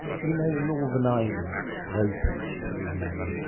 we know northern ireland voted to remain,